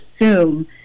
assume